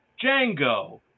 Django